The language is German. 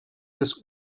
das